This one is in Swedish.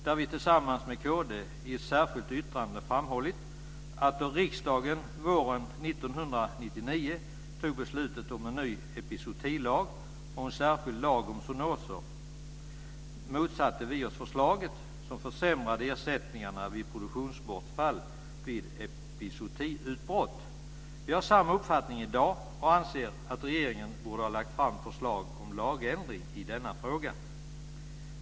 Vi har tillsammans med kd i ett särskilt yttrande framhållit att riksdagen våren 1999 fattade beslutet om en ny epizootilag och en särskild lag om zoonoser. Då motsatte vi oss förslaget, som försämrade ersättningarna vid produktionsbortfall vid epizootiutbrott. Vi har samma uppfattning i dag och anser att regeringen borde ha lagt fram förslag om lagändring i denna fråga.